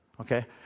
Okay